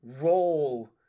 roll